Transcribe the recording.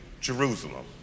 Jerusalem